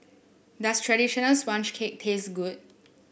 does traditional sponge cake taste good